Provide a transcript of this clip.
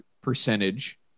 percentage